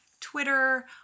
Twitter